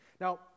Now